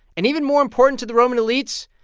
and even more important to the roman elites,